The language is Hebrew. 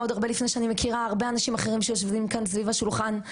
עוד הרבה לפני שאני מכירה הרבה אנשים אחרים שיושבים כאן סביב השולחן,